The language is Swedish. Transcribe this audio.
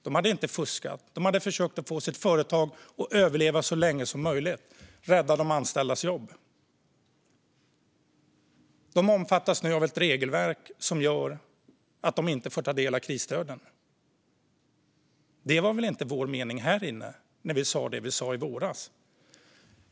Man hade inte fuskat, utan man hade försökt att få företaget att överleva så länge som möjligt och rädda de anställdas jobb. Företaget omfattas nu av ett regelverk som gör att det inte får ta del av krisstöden. Det var väl inte vår mening när vi sa det vi sa i våras?